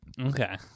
Okay